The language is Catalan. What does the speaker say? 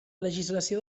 legislació